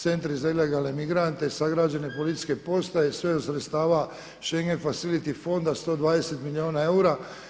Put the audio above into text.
Centri za ilegalne migrante, sagrađene policijske postaje sve od sredstava Schengen facility fonda 120 milijuna eura.